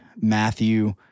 Matthew